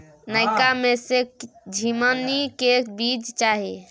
नयका में से झीमनी के बीज चाही?